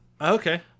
Okay